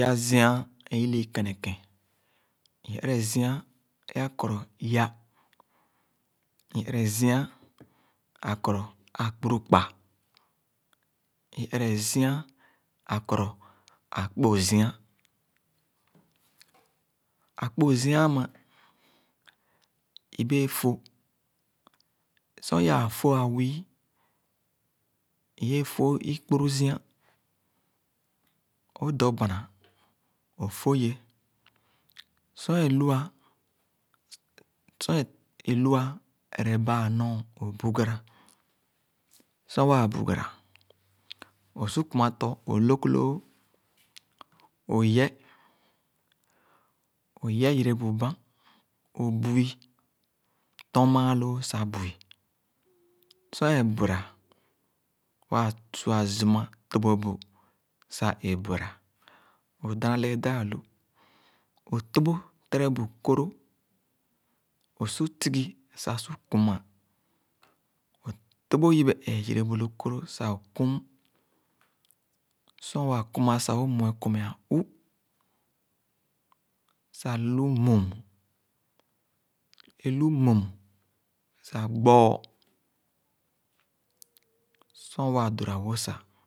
Pya zia e-ilii kereken. I-ere zia ẽ akɔrɔ yã. I-ẽrẽ zia akɔrɔ akpurukpã. I-ẽrẽ zia akɔrɔ akpozia. Akpozia ãmã, ibẽẽ fóh sor i-aa foh wii, i-ẽẽ foh ikpuru-zia, õ-dɔ bãnã, o-foh ye. Sor ẽ lua, sor ẽ lua, ereba-enɔɔn, õ-bugara. Sor waa bugara, õ-su kuma tɔ, õ-lóg loo, õ-ye, o-ye yere bu bãn, õ-bu-i, tɔn mããn loo sah bu-i. Sor é buera, waa sua zuma tóbób bu sah e-buera, õ-dana lee daa-hi, õ-tõbõb tere bu kóró, õ-su tigi sah su kuma, õ-tõbõb yibe ẽẽ yere bu lo kóró sah õ-kum. Sor waa kuma sah, õ-mue kɔr mea uh sah lu müm, lu müm sah gbɔ̃ɔ̃. Sor waa dora-wo sah